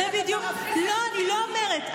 זה בדיוק, לא, אני לא אומרת.